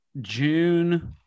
June